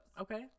Okay